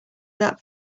that